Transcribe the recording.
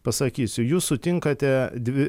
pasakysiu jūs sutinkate dvi